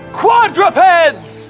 quadrupeds